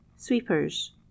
Sweepers